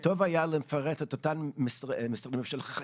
אני חושב שטוב היה לפרט את אותם משרדים שחייבים,